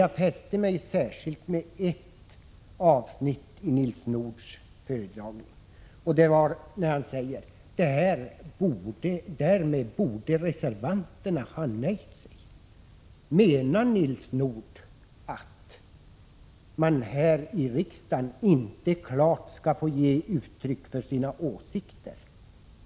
Jag fäste mig särskilt vid ett avsnitt i Nils Nordhs föredragning, och det var när han sade: ”Därmed borde reservanterna ha nöjt sig.” Menar Nils Nordh att man här i riksdagen inte klart skall få ge uttryck för sina åsikter?